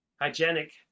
hygienic